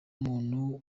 muntu